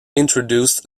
introduced